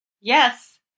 Yes